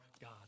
God